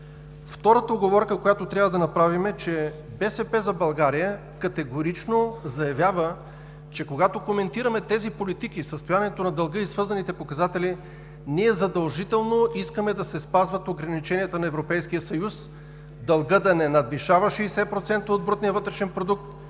Втората уговорка, която трябва да направим, е, че „БСП за България“ категорично заявява, че когато коментираме тези политики, състоянието на дълга и свързаните показатели, ние задължително искаме да се спазват ограниченията на Европейския съюз дългът да не надвишава 60% от брутния вътрешен продукт,